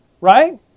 Right